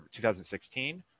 2016